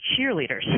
cheerleaders